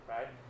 Right